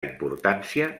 importància